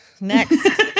Next